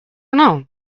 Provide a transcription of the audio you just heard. know